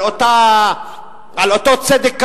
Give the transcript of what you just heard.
על אותו צדק קדמון,